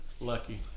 Lucky